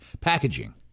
packaging